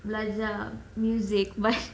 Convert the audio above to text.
belajar music but